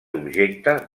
objecte